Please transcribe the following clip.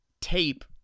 tape